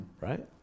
Right